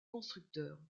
constructeur